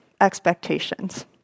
expectations